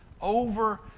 Over